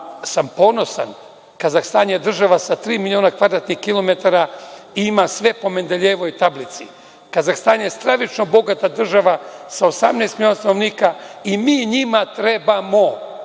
sam ponosan, Kazahstan je država sa tri miliona kvadratnih kilometara i ima sve po Mendeljejevoj tablici. Kazahstan je stravično bogata država sa 18 miliona stanovnika i mi njima trebamo.